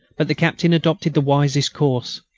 but the captain adopted the wisest course.